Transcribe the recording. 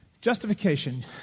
Justification